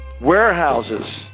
warehouses